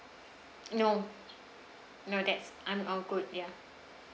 no no that's I'm all good ya